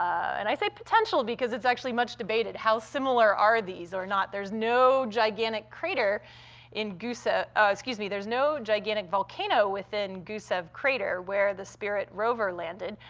and i say potential because it's actually much debated how similar are these or not? there's no gigantic crater in gusev excuse me there's no gigantic volcano within gusev crater, where the spirit rover landed,